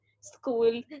school